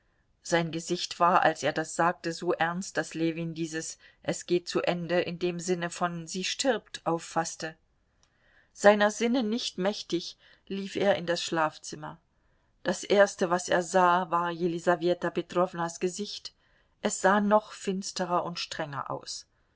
sein gesicht war als er das sagte so ernst daß ljewin dieses es geht zu ende in dem sinne von sie stirbt auffaßte seiner sinne nicht mächtig lief er in das schlafzimmer das erste was er sah war jelisaweta petrownas gesicht es sah noch finsterer und strenger aus